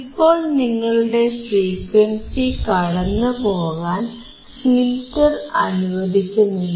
ഇപ്പോൾ നിങ്ങളുടെ ഫ്രീക്വൻസി കടന്നുപോകാൻ ഫിൽറ്റർ അനുവദിക്കുന്നില്ല